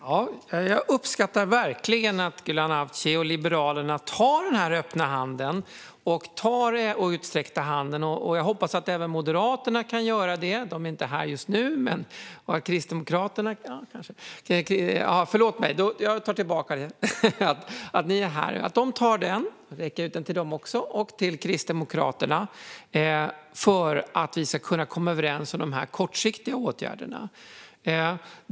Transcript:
Herr talman! Jag uppskattar verkligen att Gulan Avci och Liberalerna tar den utsträcka handen. Jag hoppas att även Moderaterna kan göra det. De är inte här i kammaren just nu. Förlåt mig, jag tar tillbaka det. Ni är här. Jag räcker ut handen också till dem och till Kristdemokraterna. Det är för att vi ska kunna komma överens om de kortsiktiga åtgärderna.